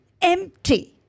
empty